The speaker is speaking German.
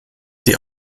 sie